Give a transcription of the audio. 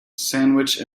sandwich